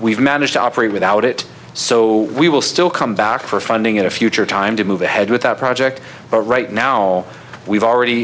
we've managed to operate without it so we will still come back for funding at a future time to move ahead with that project but right now we've already